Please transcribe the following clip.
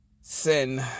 sin